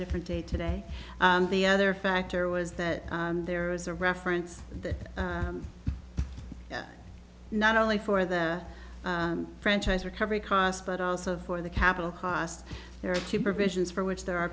different day today and the other factor was that there is a reference that not only for the franchise recovery cost but also for the capital costs there are two provisions for which there are